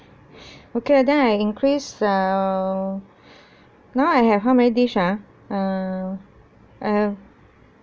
okay lah then I increase uh now I have how many dish ah uh uh